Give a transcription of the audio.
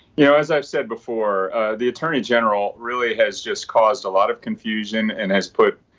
you know as i've said before the attorney general really has just caused a lot of confusion and has put.